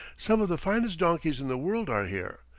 some of the finest donkeys in the world are here,